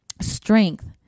strength